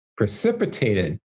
precipitated